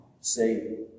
say